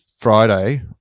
Friday